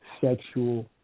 sexual